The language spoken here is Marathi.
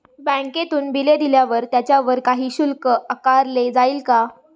बँकेतून बिले दिल्यावर त्याच्यावर काही शुल्क आकारले जाईल का?